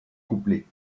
couplet